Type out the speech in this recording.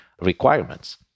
requirements